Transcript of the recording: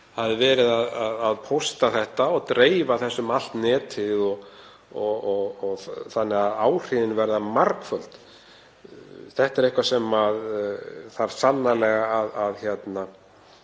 er verið að pósta þessu og dreifa um allt netið þannig að áhrifin verða margföld. Þetta er eitthvað sem þarf sannarlega að fara